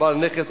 אין נמנעים.